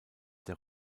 der